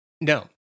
No